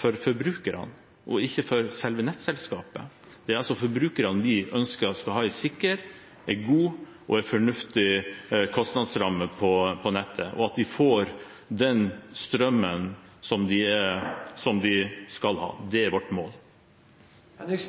for forbrukerne, og ikke for selve nettselskapet. Det er altså forbrukerne vi ønsker skal ha en sikker, god og fornuftig kostnadsramme på nettet, og at de får den strømmen som de skal ha. Det er vårt mål. Jeg